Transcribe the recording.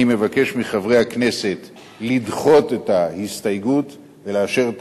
אני מבקש מחברי הכנסת לדחות את ההסתייגות ולאשר את